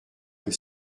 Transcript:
que